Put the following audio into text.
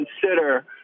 consider